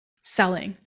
selling